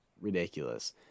ridiculous